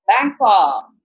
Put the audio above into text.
Bangkok